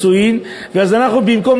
אנחנו גורמים לזה שיהיו פה נישואין במגזרים